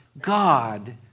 God